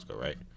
right